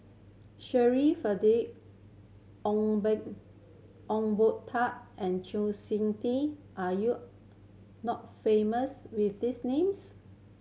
Shirin Ong Ong Boon Tat and Chng Sing Tin are you not famous with these names